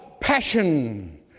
passion